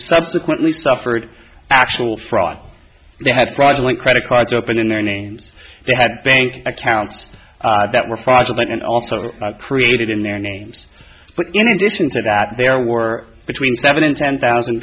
subsequently suffered actual fraud they had fraudulent credit cards open in their names they had bank accounts that were filed and also created in their names but in addition to that there were between seven and ten thousand